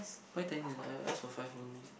why ten years I I ask for five only